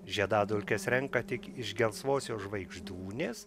žiedadulkes renka tik iš gelsvosios žvaigždūnės